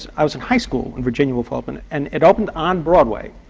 i was in high school when virginia woolf opened. and it opened on broadway,